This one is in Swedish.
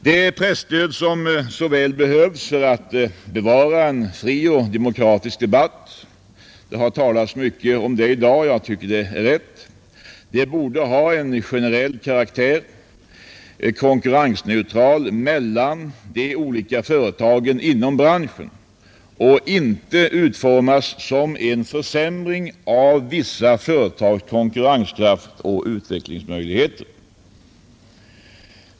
Det presstöd som så väl behövs för att bevara en fri och demokratisk press — det har talats mycket om det i dag, och det är riktigt — borde ha en generell karaktär, konkurrensneutral mellan de olika företagen inom branschen, och inte utformas som en försämring av vissa företags konkurrenskraft och utvecklingsmöjligheter.